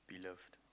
be loved